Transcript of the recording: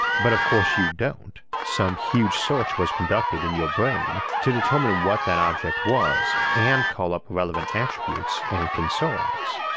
but of course you don't, some huge search was conducted in your brain to determine and what that object was and call up relevant attributes and concerns.